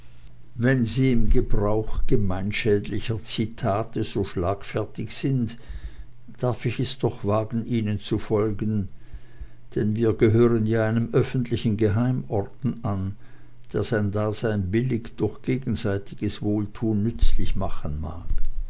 wenn sie im gebrauche gemeinschädlicher zitate so schlagfertig sind darf ich es doch wagen ihnen zu folgen denn wir gehören ja einem öffentlichen geheimorden an der sein dasein billig durch gegenseitiges wohltun nützlich machen mag